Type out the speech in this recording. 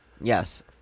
yes